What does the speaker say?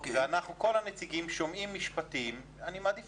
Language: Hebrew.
וכל הנציגים שומעים משפטים שאני מעדיף